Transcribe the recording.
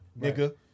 Nigga